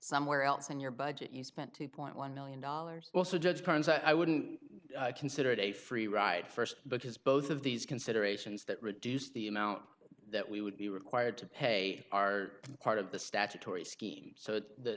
somewhere else in your budget you spent two point one million dollars also judge barnes i wouldn't consider it a free ride first because both of these considerations that reduce the amount that we would be required to pay are part of the statutory scheme so th